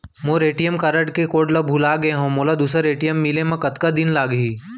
मोर ATM card के code भुला गे हव, मोला दूसर ए.टी.एम मिले म कतका दिन लागही?